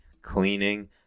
cleaning